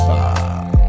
Bob